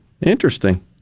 Interesting